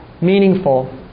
meaningful